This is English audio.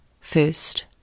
First